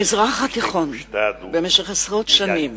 המזרח התיכון ראה במשך עשרות שנים